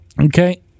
Okay